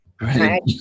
right